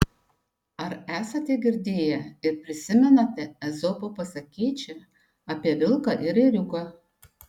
ar esate girdėję ir prisimenate ezopo pasakėčią apie vilką ir ėriuką